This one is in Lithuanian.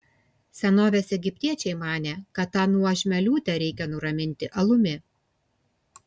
senovės egiptiečiai manė kad tą nuožmią liūtę reikia nuraminti alumi